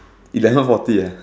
eleven forty ah